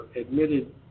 admitted